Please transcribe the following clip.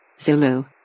Zulu